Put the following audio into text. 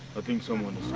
i think someone